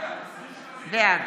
בעד